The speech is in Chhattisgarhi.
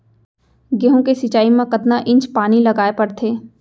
गेहूँ के सिंचाई मा कतना इंच पानी लगाए पड़थे?